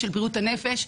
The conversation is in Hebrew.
בריאות הנפש,